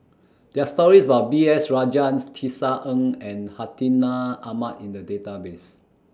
There Are stories about B S Rajhans Tisa Ng and Hartinah Ahmad in The Database